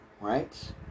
right